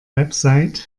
website